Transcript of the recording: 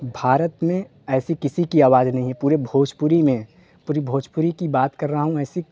भारत में ऐसी किसी की आवाज़ नहीं है पूरे भोजपूरी में पूरी भोजपुरी की बात कर रहा हूँ ऐसी